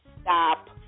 stop